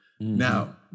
now